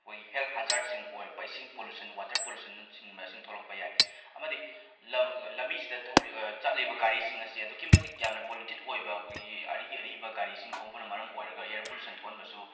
ꯑꯩꯈꯣꯏ ꯍꯦꯜꯠ ꯍꯖꯥꯔꯠꯁꯤꯡ ꯑꯣꯏꯔꯛꯄ ꯏꯁꯤꯡ ꯄꯣꯂꯨꯁꯟ ꯋꯥꯇꯔ ꯄꯨꯂꯨꯁꯟꯁꯤꯡ ꯃꯁꯤꯡ ꯊꯣꯛꯂꯛꯄ ꯌꯥꯏ ꯑꯃꯗꯤ ꯂꯝ ꯂꯝꯕꯤꯁꯤꯗ ꯊꯧꯔꯤꯕ ꯆꯠꯂꯤꯕ ꯒꯥꯔꯤꯁꯤꯡ ꯑꯁꯤ ꯑꯗꯨꯛꯀꯤ ꯃꯇꯤꯛ ꯌꯥꯝꯅ ꯄꯣꯂꯨꯇꯦꯠ ꯑꯣꯏꯕ ꯑꯩꯈꯣꯏꯒꯤ ꯑꯔꯤ ꯑꯔꯤꯕ ꯒꯥꯔꯤꯁꯤꯡ ꯊꯧꯕꯅ ꯃꯔꯝ ꯑꯣꯏꯔꯒ ꯑꯦꯌꯔ ꯄꯣꯂꯨꯁꯟ ꯊꯣꯛꯍꯟꯕꯁꯨ